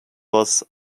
was